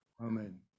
Amen